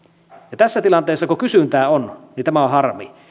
ja tässä tilanteessa kun kysyntää on niin tämä on harmi